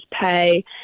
pay